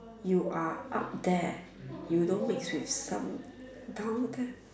you are up there you don't mix with some down there